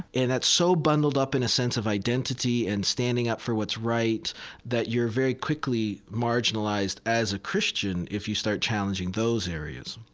and that's so bundled up in a sense of identity and standing up for what's right that you're very quickly marginalized as a christian if you start challenging those areas